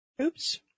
Oops